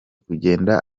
kugenda